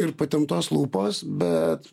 ir patemptos lūpos bet